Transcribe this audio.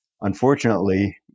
unfortunately